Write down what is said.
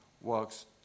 works